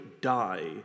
die